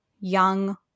young